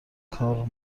کار